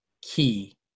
key